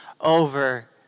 over